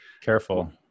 Careful